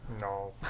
No